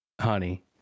Honey